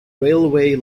railway